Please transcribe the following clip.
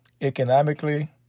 economically